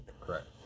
Correct